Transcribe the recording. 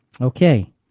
Okay